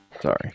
Sorry